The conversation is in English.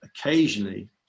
occasionally